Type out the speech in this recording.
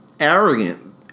Arrogant